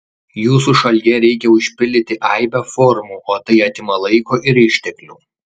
jūsų šalyje reikia užpildyti aibę formų o tai atima laiko ir išteklių